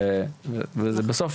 ובסוף,